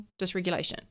dysregulation